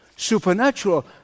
Supernatural